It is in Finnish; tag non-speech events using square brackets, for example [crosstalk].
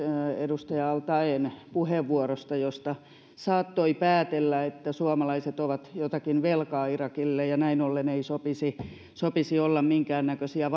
edustaja al taeen puheenvuorosta josta saattoi päätellä että suomalaiset ovat jotakin velkaa irakille ja näin ollen ei sopisi sopisi olla minkäännäköisiä [unintelligible]